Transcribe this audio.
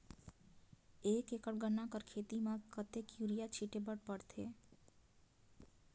एक एकड़ गन्ना कर खेती म कतेक युरिया छिंटे बर पड़थे?